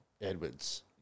Edwards